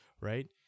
right